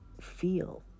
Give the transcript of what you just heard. feel